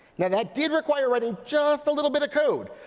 now, that did require writing just a little bit of code.